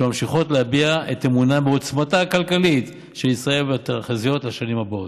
שממשיכות להביע את אמונן בעוצמתה הכלכלית של ישראל בתחזיות לשנים הבאות.